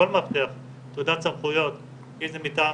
כל מאבטח מקבל תעודת סמכויות אם זה מטעם